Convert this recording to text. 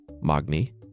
Magni